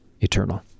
eternal